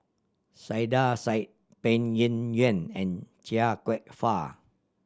Saiedah Said Peng Yuyun and Chia Kwek Fah